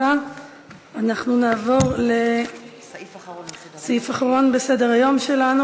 כי הונחו היום על שולחן הכנסת,